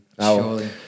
Surely